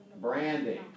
Branding